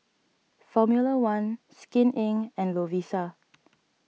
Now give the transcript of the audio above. formula one Skin Inc and Lovisa